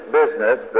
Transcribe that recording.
business